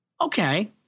okay